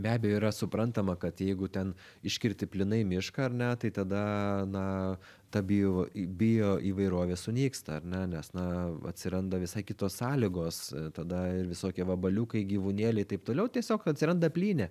be abejo yra suprantama kad jeigu ten iškirsti plynai mišką ar ne tai tada na tą bio bioįvairovė sunyksta ar ne nes na atsiranda visai kitos sąlygos tada ir visokie vabaliukai gyvūnėliai taip toliau tiesiog atsiranda plynė